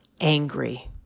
angry